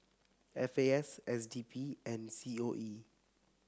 F A S S D P and C O E